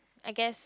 I guess